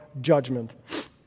judgment